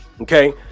okay